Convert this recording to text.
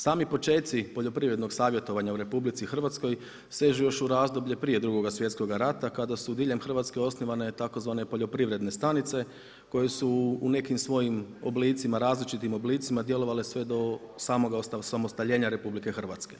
Sami počeci poljoprivrednog savjetovanja u RH sežu još u razdoblje prije 2.sv.rata kada su diljem Hrvatske osnovana tzv. poljoprivredne stanice, koje su u nekim svojim različitim oblicima djelovale sve do osamostaljenja RH.